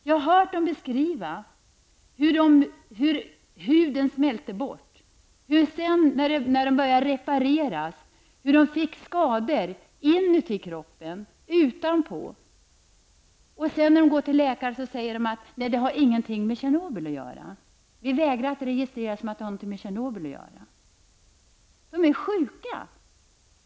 Jag har hört dem beskriva hur den smälte bort och hur de sedan när den reparerades fick skador inuti och utanpå kroppen. När de sedan går till läkare säger dessa att det inte har något med Tjernobylolyckan att göra och att de vägrar att registrera det som så. Men människorna är sjuka.